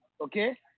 Okay